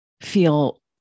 feel